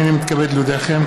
הינני מתכבד להודיעכם,